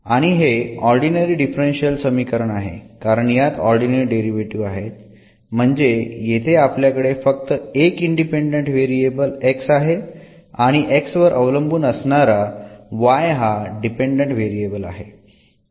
आणि हे ordinary differential समीकरण आहे कारण यात ऑर्डिनरी डेरिव्हेटीव्ह आहेत म्हणजे येथे आपल्याकडे फक्त एक इंडिपेंडंट व्हेरिएबल x आहे आणि x वर अवलंबून असणारा y हा डिपेंडंट व्हेरिएबल आहे